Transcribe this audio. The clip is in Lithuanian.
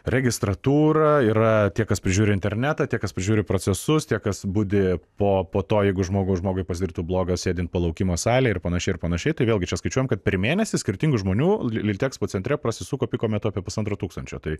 registratūra yra tie kas prižiūri internetą tie kas prižiūri procesus tie kas budi po po to jeigu žmogui žmogui pasidarytų bloga sėdint palaukimo salę ir panašiai ir panašiai tai vėlgi čia skaičiuojam kad per mėnesį skirtingų žmonių litexpo centre prasisuko piko metu apie pusantro tūkstančio tai